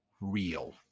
real